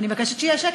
אני מבקשת שיהיה שקט.